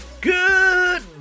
Good